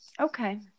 Okay